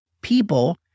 people